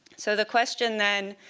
so the question, then,